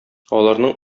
аларның